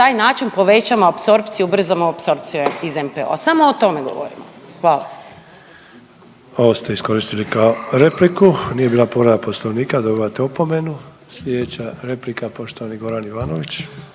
na taj način povećamo apsorpciju, ubrzamo apsorpciju iz NPO-a, samo o tome govorimo. Hvala. **Sanader, Ante (HDZ)** Ovo ste iskoristili kao repliku, nije bila povreda Poslovnika dobivate opomenu. Slijedeća replika poštovani Goran Ivanović.